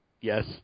Yes